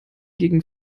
gegen